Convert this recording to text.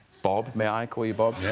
bob may i call you bob yeah